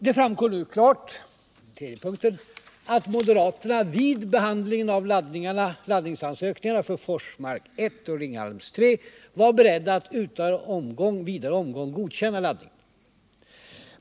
Det framgår ju klart — det är den tredje punkten — att moderaterna vid behandlingen av laddningsansökningarna för Forsmark 1 och Ringhals 3 var beredda att utan vidare omgång godkänna laddningen.